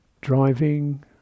driving